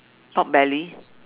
Pork Belly